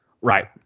Right